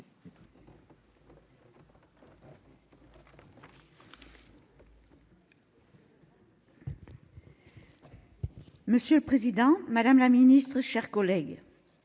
Monsieur le président, madame la ministre, chers collègues,